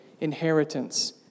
inheritance